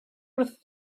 wrth